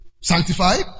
Sanctified